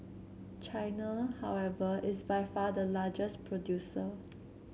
China however is by far the largest producer